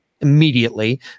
immediately